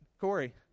Corey